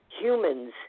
humans